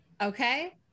Okay